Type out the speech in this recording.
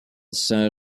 saint